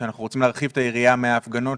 שאנחנו רוצים להרחיב את היריעה מן ההפגנות.